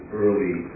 early